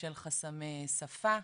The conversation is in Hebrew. בשל חסמי שפה,